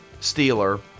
Steeler